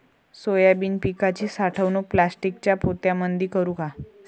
Soybean पिकाची साठवणूक प्लास्टिकच्या पोत्यामंदी करू का?